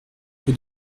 rue